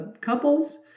couples